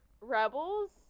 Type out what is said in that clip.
Rebels